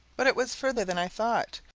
but it was farther than i thought,